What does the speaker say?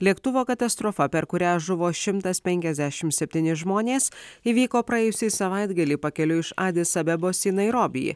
lėktuvo katastrofa per kurią žuvo šimtas penkiasdešim septyni žmonės įvyko praėjusį savaitgalį pakeliui iš adis abebos į nairobį